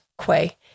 quay